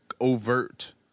overt